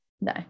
No